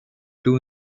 two